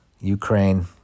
Ukraine